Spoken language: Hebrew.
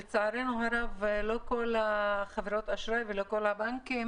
לצערנו הרב לא כל חברות האשראי ולא כל הבנקים